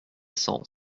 cent